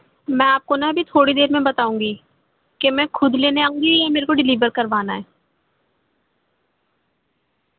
میں آپ کو نا ابھی تھوڑی دیر میں بتاؤں گی کہ میں خود لینے آؤں گی یا میرے کو ڈلیور کروانا ہے